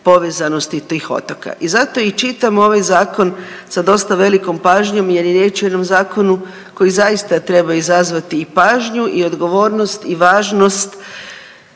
povezanosti tih otoka. I zato i čitam ovaj zakon sa dostav velikom pažnjom jer je riječ o jednom zakonu koji zaista treba izazvati i pažnju i odgovornost i važnost